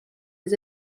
his